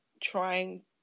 trying